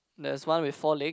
there is one with four leg